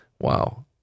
wow